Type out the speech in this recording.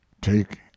take